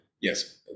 Yes